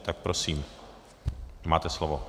Tak prosím, máte slovo.